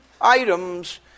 items